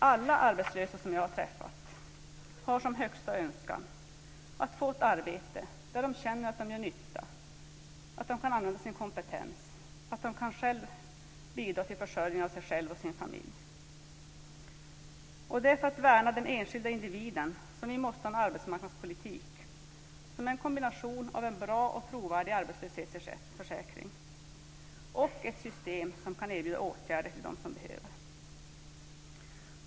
Alla arbetslösa som jag har träffat har som högsta önskan att få ett arbete där de känner att de gör nytta och kan använda sin kompetens och att de själva kan bidra till försörjningen av sig själva och sina familjer. Det är för att värna den enskilde individen som vi måste ha en arbetsmarknadspolitik som är en kombination av en bra och trovärdig arbetslöshetsförsäkring och ett system som kan erbjuda åtgärder till dem som behöver.